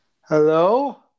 Hello